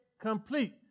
complete